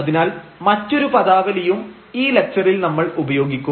അതിനാൽ മറ്റൊരു പദാവലിയും ഈ ലക്ച്ചറിൽ നമ്മൾ ഉപയോഗിക്കും